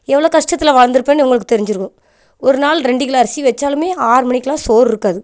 எவ்வளோ கஷ்டத்தில் வளர்ந்துருப்பேன்னு உங்களுக்கு தெரிஞ்சிருக்கும் ஒரு நாள் ரெண்டு கிலோ அரிசி வச்சாலும் ஆறு மணிக்கெல்லாம் சோறு இருக்காது